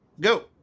go